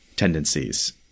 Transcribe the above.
tendencies